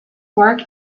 work